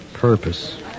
Purpose